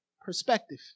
Perspective